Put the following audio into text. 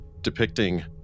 depicting